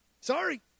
Sorry